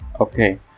Okay